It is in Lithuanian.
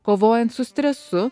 kovojant su stresu